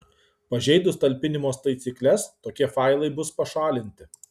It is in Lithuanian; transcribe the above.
pažeidus talpinimo taisykles tokie failai bus pašalinti